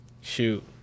Shoot